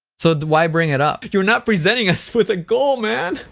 so, do why bring it up? you're not presenting us with a goal, man!